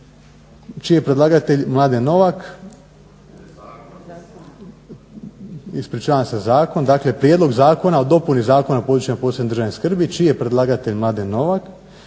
čiji je predlagatelj Mladen Novak,